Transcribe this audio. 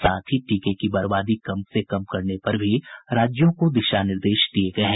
साथ ही टीके की बर्बादी कम से कम करने पर भी राज्यों को दिशा निर्देश दिये गये हैं